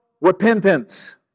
repentance